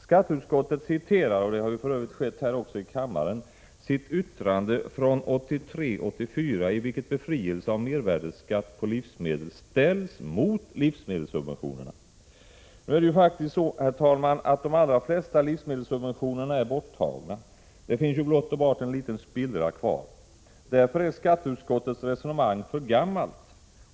Skatteutskottet citerar — och det har för övrigt skett här i kammaren också — sitt yttrande från 1983/84, i vilket befrielse från mervärdeskatt på livsmedel ställs mot livsmedelsubventionerna. Nu är det faktiskt så, herr talman, att de allra flesta livsmedelssubventionerna är borttagna. Det finns blott och bart en liten spillra kvar. Därför är skatteutskottets resonemang för gammalt.